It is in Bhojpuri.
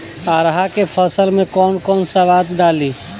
अरहा के फसल में कौन कौनसा खाद डाली?